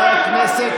(חברת הכנסת